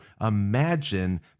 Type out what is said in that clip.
imagine